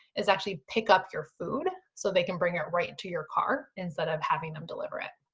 is actually pick up your food. so they can bring it right to your car instead of having them deliver it.